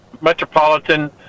Metropolitan